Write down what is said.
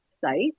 site